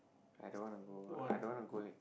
I don't wanna go I don't wanna go late